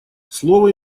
слово